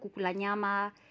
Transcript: kukulanyama